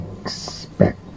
expect